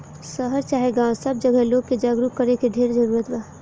शहर चाहे गांव सब जगहे लोग के जागरूक करे के ढेर जरूरत बा